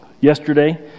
yesterday